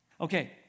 Okay